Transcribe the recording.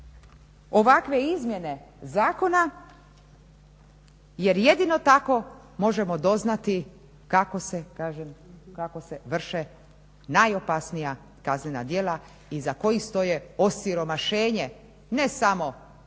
ovakve izmjene zakona. Jer jedino tako možemo doznati kako se vrše najopasnija kaznena djela iza kojih stoje osiromašenje ne samo vjerovnika